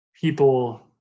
people